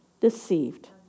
deceived